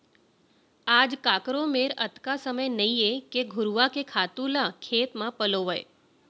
आज काकरो मेर अतका समय नइये के घुरूवा के खातू ल खेत म पलोवय